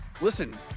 listen